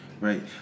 Right